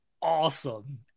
awesome